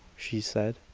she said,